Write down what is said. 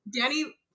Danny